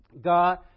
God